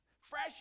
Fresh